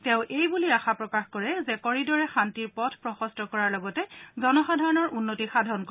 তেওঁ এই বুলি আশা প্ৰকাশ কৰে যে এই কৰিডৰে শান্তিৰ পথ প্ৰশস্ত কৰাৰ লগতে জনসাধাৰণৰ উন্নতি সাধন কৰিব